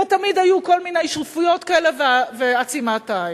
ותמיד היו כל מיני שותפויות כאלה ועצימת עין.